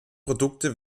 produkte